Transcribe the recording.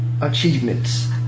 achievements